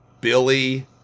Billy